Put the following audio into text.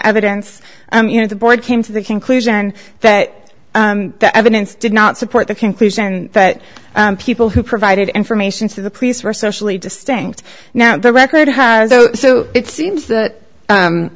evidence you know the board came to the conclusion that the evidence did not support the conclusion that people who provided information to the police were socially distinct now the record has it seems that